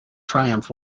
triumph